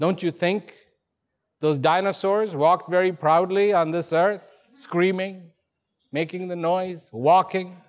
don't you think those dinosaurs walked very proudly on this earth screaming making a noise walking